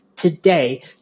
today